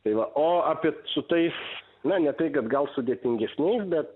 tai va o apie su tais na ne tai kad gal sudėtingesniais bet